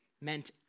meant